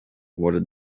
worden